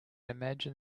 imagine